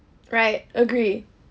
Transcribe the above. right agree